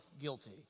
guilty